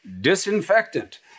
disinfectant